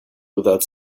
without